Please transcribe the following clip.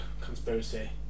conspiracy